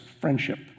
friendship